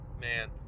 Man